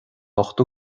ochtó